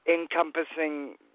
encompassing